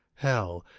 hell,